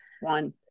one